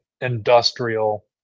industrial